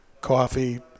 coffee